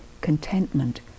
contentment